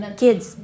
kids